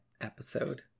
episode